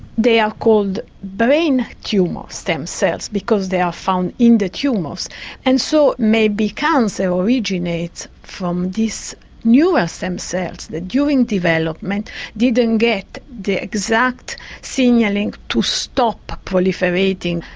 they are called brain tumour ah stem cells because they are found in the tumours and so maybe cancer originates from these newer stem cells that during development didn't get the exact signalling to stop proliferating.